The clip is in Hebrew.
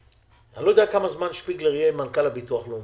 אני לא יודע כמה זמן שפיגלר יהיה מנכ"ל הביטוח הלאומי,